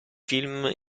film